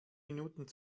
minuten